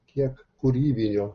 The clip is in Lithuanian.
kiek kūrybinio